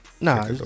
Nah